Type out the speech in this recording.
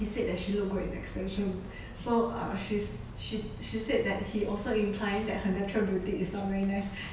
he said that she look great in extension so uh she's she she said that he also implying that her natural beauty is not very nice